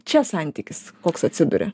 čia santykis koks atsiduria